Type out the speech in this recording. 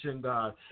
God